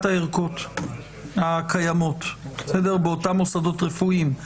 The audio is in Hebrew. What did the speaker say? הערכות הקיימות באותם מוסדות רפואיים.